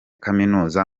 kaminuza